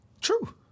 true